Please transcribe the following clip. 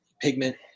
Pigment